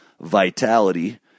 vitality